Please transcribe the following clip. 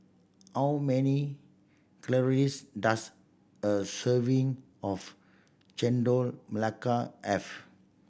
how many calories does a serving of Chendol Melaka have